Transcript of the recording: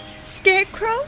Scarecrow